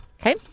Okay